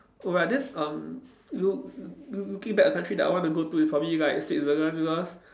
oh but then um look~ loo~ looking back at the country that I want to go to is probably like Switzerland because